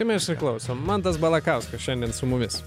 tai mes klausom mantas balakauskas šiandien su mumis